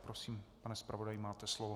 Prosím, pane zpravodaji, máte slovo.